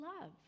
love